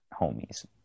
homies